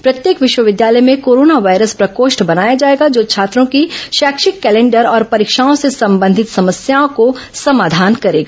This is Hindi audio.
प्रत्येक विश्वविद्यालय में कोरोना वायरस प्रकोष्ठ बनाया जाएगा जो छात्रों की शैक्षिक कैलेंडर और परीक्षाओं से संबंधित समस्याओं को समाधान करेगा